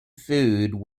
food